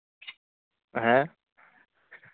হ্যাঁ